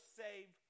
save